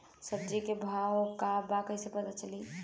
सब्जी के भाव का बा कैसे पता चली?